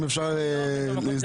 אם אפשר להזדרז.